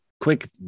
Quick